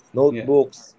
notebooks